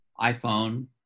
iPhone